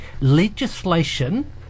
legislation